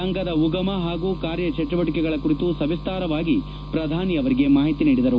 ಸಂಘದ ಉಗಮ ಹಾಗೂ ಕಾರ್ಯಚಟುವಟಿಕೆಗಳ ಕುರಿತು ಸವಿಸ್ತಾರವಾಗಿ ಪ್ರಧಾನಿಯವರಿಗೆ ವಿವರ ನೀಡಿದರು